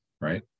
Right